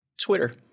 Twitter